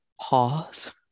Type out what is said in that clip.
pause